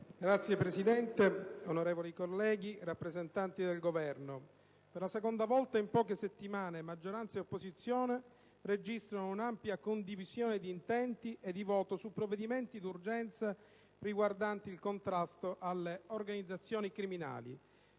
Signor Presidente, onorevoli colleghi, rappresentanti del Governo, per la seconda volta in poche settimane maggioranza e opposizione registrano una ampia condivisione di intenti e di voto su provvedimenti d'urgenza riguardanti il contrasto alle organizzazioni criminali.